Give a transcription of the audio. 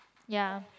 ya